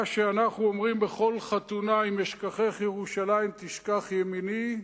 מה שאנחנו אומרים בכל חתונה: "אם אשכחך ירושלים תשכח ימיני",